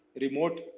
remote